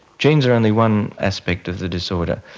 genes are only one aspect of the disorder.